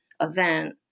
event